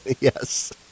Yes